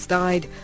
died